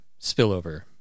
spillover